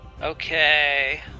Okay